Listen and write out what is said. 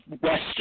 west